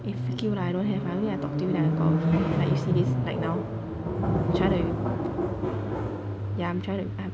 eh freak you lah I don't have lah only when I talk to you then I talk like this there you see this like now I'm trying to ya I'm trying to